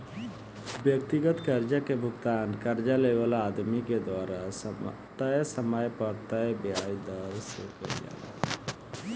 व्यक्तिगत कर्जा के भुगतान कर्जा लेवे वाला आदमी के द्वारा तय समय पर तय ब्याज दर से कईल जाला